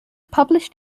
published